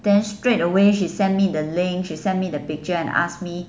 then straight away she sent me the link she sent me the picture and asked me